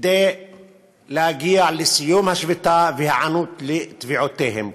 כדי להגיע לסיום השביתה ולהיענות לתביעותיהם.